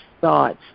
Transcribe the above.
thoughts